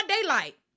daylight